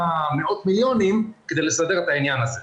מאות מיליונים כדי לסדר את העניין הזה.